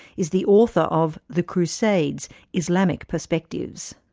is the author of the crusades islamic perspectives.